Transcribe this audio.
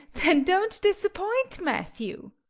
then don't disappoint matthew,